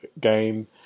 game